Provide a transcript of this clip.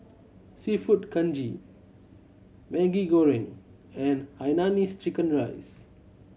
Seafood Congee Maggi Goreng and hainanese chicken rice